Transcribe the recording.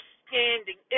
standing